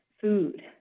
food